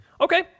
Okay